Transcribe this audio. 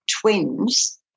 twins